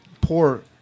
poor